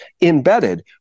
embedded